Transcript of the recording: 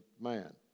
man